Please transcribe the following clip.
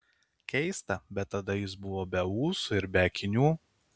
keista bet tada jis buvo be ūsų ir be akinių